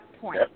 point